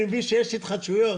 אני מבין שיש התחדשויות.